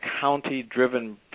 county-driven